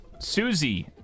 Susie